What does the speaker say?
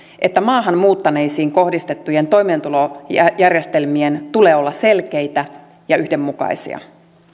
että maahan muuttaneisiin kohdistettujen toimeentulojärjestelmien tulee olla selkeitä ja yhdenmukaisia